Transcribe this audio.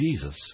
Jesus